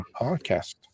podcast